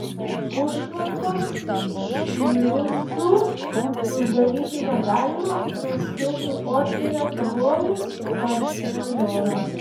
užtvankos šliuzų uždaryti negalima nes kiltų potvynio pavojus paaiškino jonas